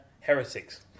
heretics